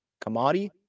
Commodity